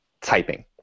typing